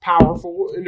powerful